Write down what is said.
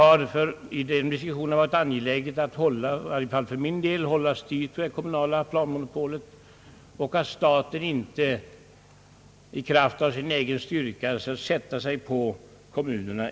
I den diskussionen har det i varje fall för mig varit angeläget att hålla styvt på det kommunala planmonopolet och att staten inte i kraft av sin egen styrka skall sätta sig på kommunerna.